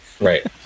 Right